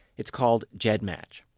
it's called gedmatch.